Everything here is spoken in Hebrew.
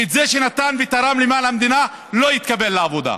וזה שנתן ותרם למען המדינה, לא יתקבל לעבודה.